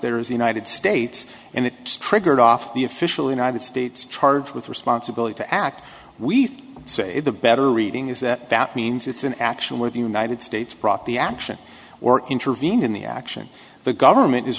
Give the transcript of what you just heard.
there is the united states and it stricker it off the official united states charged with responsibility to act we say the better reading is that that means it's an action where the united states brought the action or intervene in the action the government is